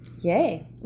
Yay